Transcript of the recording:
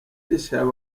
deschamps